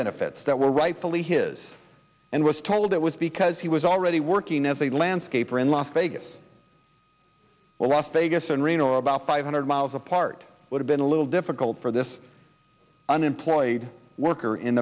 benefits were rightfully his and was told it was because he was already working as a landscaper in las vegas or las vegas and reno about five hundred miles apart would have been a little difficult for this unemployed worker in